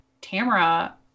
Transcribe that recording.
Tamara